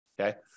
Okay